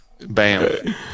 Bam